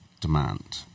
demand